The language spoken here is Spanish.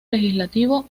legislativo